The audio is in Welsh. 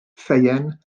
ffeuen